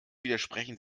widersprechen